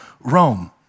Rome